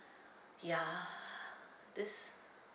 ya this